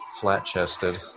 Flat-chested